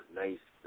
nice